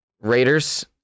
Raiders